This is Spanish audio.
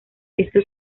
esto